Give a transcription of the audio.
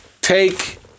take